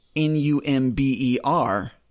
Number